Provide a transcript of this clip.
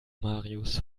marius